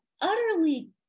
utterly